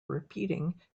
repeating